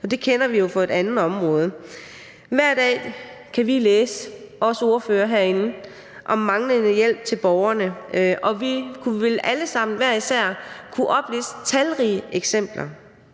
Og det kender vi jo fra et andet område. Hver dag kan vi – os ordførere herinde – læse om manglende hjælp til borgere, og vi kunne vel alle sammen hver især opliste talrige eksempler